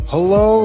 Hello